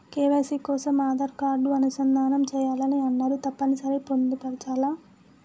KYC కోసం Aadhaar card అనుసంధానం చేయాలని అన్నరు తప్పని సరి పొందుపరచాలా?